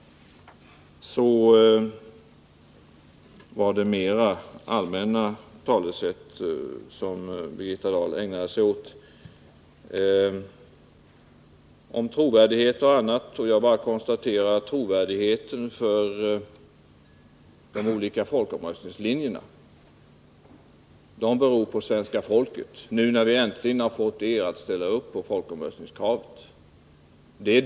Birgitta Dahl ägnade sig sedan också åt mera allmänna talesätt om trovärdighet och annat. Jag bara konstaterar att de olika folkomröstningslinjernas trovärdighet kommer att bedömas av svenska folket, nu när vi äntligen har fått er att ställa upp på folkomröstningskravet.